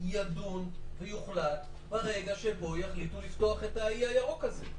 יידון ויוחלט ברגע שבו יחליטו לפתוח את האי הירוק הזה.